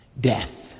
Death